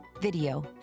video